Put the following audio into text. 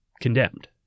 condemned